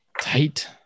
Tight